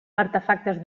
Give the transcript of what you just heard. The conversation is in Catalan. artefactes